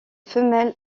femelles